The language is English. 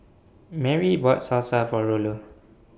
Merri bought Salsa For Rollo